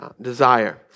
desire